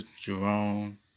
Jerome